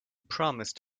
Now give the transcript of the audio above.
promised